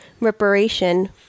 reparation